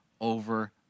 over